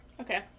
Okay